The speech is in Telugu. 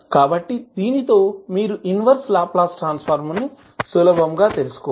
కాబట్టి దీనితో మీరు ఇన్వర్స్ లాప్లాస్ ట్రాన్స్ ఫార్మ్ ను సులభంగా తెలుసుకోవచ్చు